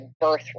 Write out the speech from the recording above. birthright